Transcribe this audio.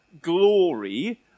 glory